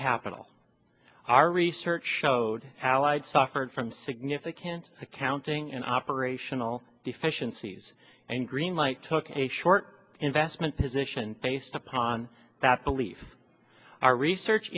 capital our research showed allied suffered from significant accounting and operational efficiencies and greenlight took a short investment position based upon that belief our research